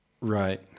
right